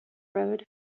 road